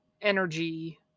energy